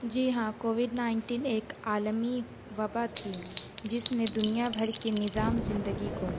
جی ہاں Covid nineteen ایک عالمی وبا تھی جس نے دنیا بھر کے نظام زندگی کو